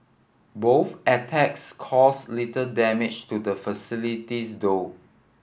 both attacks caused little damage to the facilities though